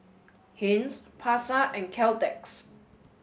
Heinz Pasar and Caltex